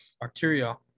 bacteria